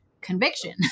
conviction